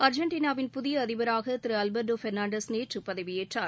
அர்ஜெண்டினாவின் புதிய அதிபராக திரு அல்பர்டோ ஃபொனான்டஸ் நேற்று பதவியேற்றார்